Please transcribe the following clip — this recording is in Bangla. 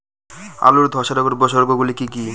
আলুর ধ্বসা রোগের উপসর্গগুলি কি কি?